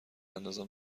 اندازان